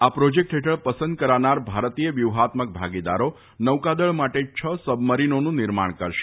આ પ્રોજેક્ટ ફેઠળ પસંદ કરાનાર ભારતીય વ્યુફાત્મક ભાગીદારો નૌકાદળ માટે છ સબમરીનોનું નિર્માણ કરશે